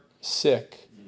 sick